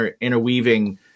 interweaving